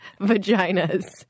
vaginas